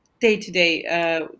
day-to-day